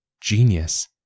genius